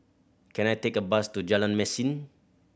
can I take a bus to Jalan Mesin